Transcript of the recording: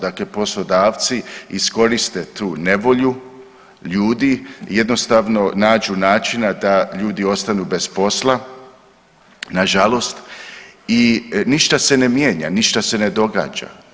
Dakle, poslodavci iskoriste tu nevolju ljudi jednostavno nađu načina da ljudi ostanu bez posla, na žalost i ništa se ne mijenja, ništa se ne događa.